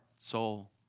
soul